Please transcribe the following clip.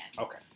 Okay